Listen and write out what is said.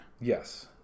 Yes